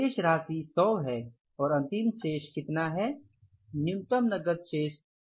शेष राशि १०० है और अंतिम शेष कितना है न्यूनतम नकद शेष 5000 है